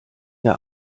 der